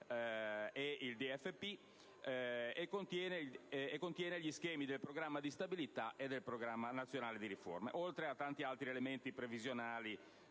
(DFP) e contiene gli schemi del Programma di stabilità e del Programma nazionale di riforma, oltre a tanti altri elementi previsionali